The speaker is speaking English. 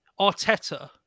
Arteta